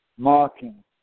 mocking